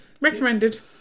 Recommended